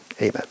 Amen